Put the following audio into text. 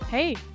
Hey